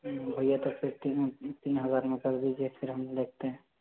भैया फिर तीन हज़ार में कर दीजिए फिर हम देखते हैं